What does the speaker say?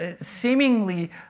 seemingly